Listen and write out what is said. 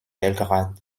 belgrad